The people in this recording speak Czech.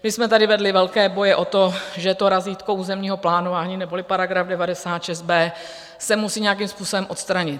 My jsme tady vedli velké boje o to, že to razítko územního plánování neboli § 96b se musí nějakým způsobem odstranit.